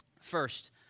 first